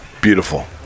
Beautiful